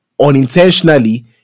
unintentionally